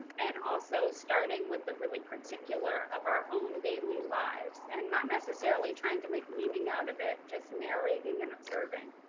and also starting with the really particular of our own daily lives, and not necessarily trying to make meaning out of it, just narrating and observing.